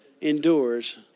endures